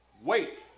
Wait